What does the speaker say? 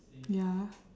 ya